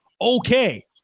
Okay